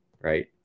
right